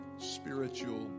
spiritual